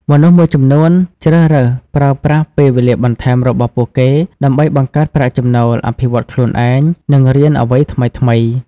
មនុស្សមួយចំនួនជ្រើសរើសប្រើប្រាស់ពេលវេលាបន្ថែមរបស់ពួកគេ ដើម្បីបង្កើតប្រាក់ចំណូល អភិវឌ្ឍខ្លួនឯង និងរៀនអ្វីថ្មីៗ។